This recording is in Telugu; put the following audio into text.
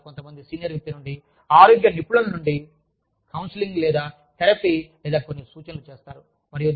ఆపై వారు కొంతమంది సీనియర్ వ్యక్తి నుండి ఆరోగ్య నిపుణుల నుండి కౌన్సెలింగ్ లేదా థెరపీ లేదా కొన్ని సూచనలు చేస్తారు